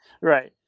Right